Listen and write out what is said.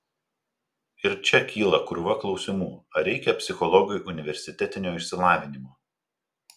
ir čia kyla krūva klausimų ar reikia psichologui universitetinio išsilavinimo